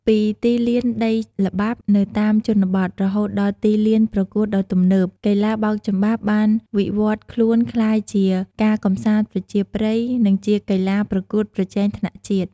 ពីទីលានដីល្បាប់នៅតាមជនបទ រហូតដល់ទីលានប្រកួតដ៏ទំនើប គីទ្បាបោកចំបាប់បានវិវឌ្ឍខ្លួនក្លាយជាការកម្សាន្តប្រជាប្រិយ និងជាកីឡាប្រកួតប្រជែងថ្នាក់ជាតិ។